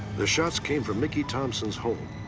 the shots came from micky thompson's home.